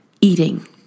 eating